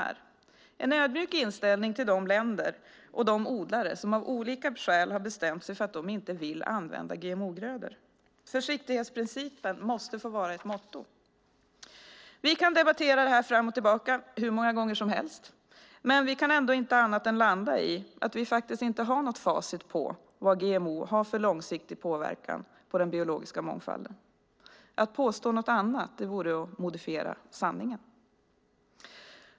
Vi bör ha en ödmjuk inställning till de länder och de odlare som av olika skäl har bestämt sig för att de inte vill använda GMO-grödor. Försiktighetsprincipen måste få vara ett motto. Vi kan debattera det här fram och tillbaka hur många gånger som helst, men vi kan ändå inte annat än landa i att vi faktiskt inte har något facit på vilken långsiktig påverkan GMO har på den biologiska mångfalden. Att påstå något annat vore att modifiera sanningen.